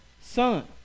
Son